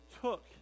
took